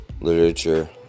literature